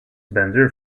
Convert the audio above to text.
bender